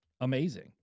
amazing